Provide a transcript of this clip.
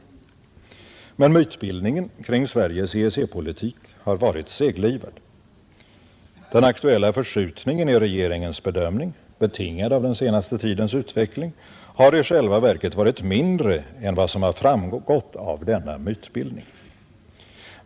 Mytbildningen kring Sveriges EEC-politik har emellertid varit seglivad. Den aktuella förskjutningen i regeringens bedömning, betingad av den senaste tiden utveckling, har i själva verket varit mindre än vad som framgått av denna mytbildning.